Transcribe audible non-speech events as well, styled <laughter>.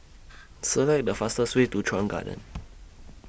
Select The fastest Way to Chuan Garden <noise>